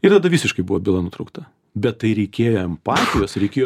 ir tada visiškai buvo byla nutraukta bet tai reikėjo empatijos reikėjo